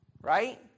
Right